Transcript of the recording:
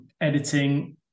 Editing